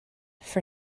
for